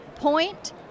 Point